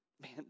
Man